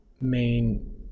main